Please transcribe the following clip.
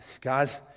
God